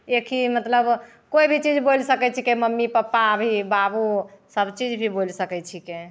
एकहि मतलब कोइ भी चीज बोलि सकै छिकै मम्मी पप्पा भी बाबू सबचीज भी बोलि सकै छिकै